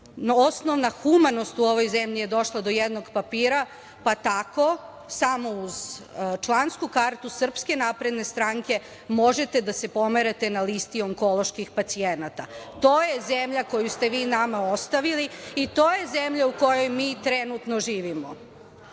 Osnovna humanost u ovoj zemlji je došla do jednog papira, pa tako samo uz člansku kartu SNS možete da se pomerate na listi onkoloških pacijenata. To je zemlja koju ste vi nama ostavili i to je zemlja u kojoj mi trenutno živimo. Ja